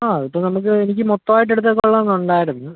ആ ഇപ്പോൾ നമുക്ക് എനിക്ക് മൊത്തം ആയിട്ട് എടുത്താൽ കൊള്ളാമെന്ന് ഉണ്ടായിരുന്നു